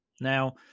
Now